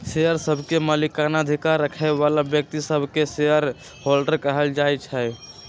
share सभके मलिकना अधिकार रखे बला व्यक्तिय सभके शेयर होल्डर कहल जाइ छइ